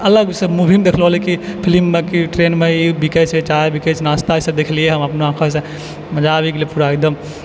अलगसँ मुवीमे देखलो रही कि फिल्ममे कि ट्रेनमे ई बिकै छै चाय बिकै छै नाश्ता ईसब देखलियै हम अपना आँखोसँ मजा आबि गेलै पूरा एकदम